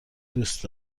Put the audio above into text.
دوست